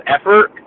effort